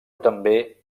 també